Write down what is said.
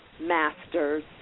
masters